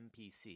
MPC